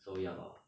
so ya lor